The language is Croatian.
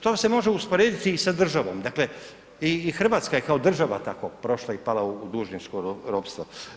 To se može usporediti i sa državo, dakle i Hrvatska je i kao država tako prošla i pala u dužničko ropstvo.